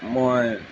মই